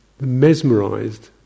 mesmerized